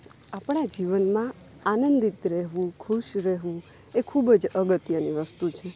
આપણા જીવનમાં આનંદિત રહેવું ખુશ રહેવું એ ખૂબ જ અગત્યની વસ્તુ છે